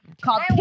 called